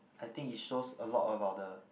I think it shows a lot about the